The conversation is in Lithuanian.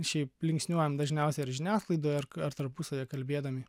šiaip linksniuojam dažniausiai ar žiniasklaidoj ar ar tarpusavy kalbėdami